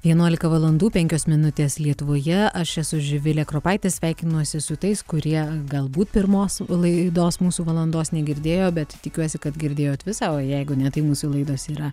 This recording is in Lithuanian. vienuolika valandų penkios minutės lietuvoje aš esu živilė kropaitė sveikinuosi su tais kurie galbūt pirmos laidos mūsų valandos negirdėjo bet tikiuosi kad girdėjot visą o jeigu ne tai mūsų laidos yra